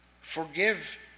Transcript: Forgive